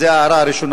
זו ההערה הראשונה.